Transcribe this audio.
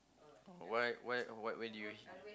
what what what where did you